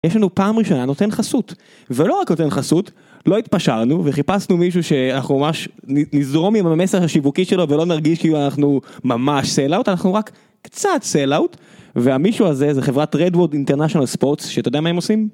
יש לנו פעם ראשונה נותן חסות, ולא רק נותן חסות, לא התפשרנו וחיפשנו מישהו שאנחנו ממש נזרום עם המסך השיווקי שלו ולא נרגיש שאנחנו ממש סייל אווט, אנחנו רק קצת סייל אווט. והמישהו הזה זה חברת רד ווד אינטרנטיונל ספורטס שאתה יודע מה הם עושים?